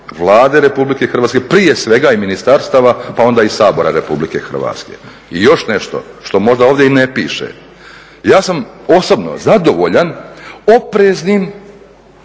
Vlade RH, prije svega i ministarstava pa onda i Sabora RH. I još nešto što možda ovdje i ne piše, ja sam osobno zadovoljan opreznim,